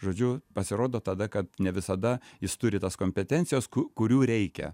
žodžiu pasirodo tada kad ne visada jis turi tos kompetencijos kurių reikia